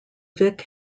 vic